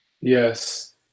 yes